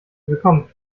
bekommt